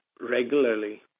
regularly